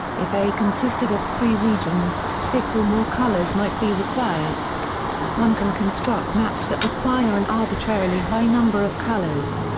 if a consisted of three regions, six or more colors might be required one can construct maps that require an arbitrarily high number of colors.